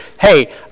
hey